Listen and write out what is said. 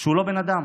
שהוא לא בן אדם.